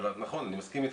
נכון, אני מסכים איתך.